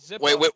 Wait